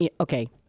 okay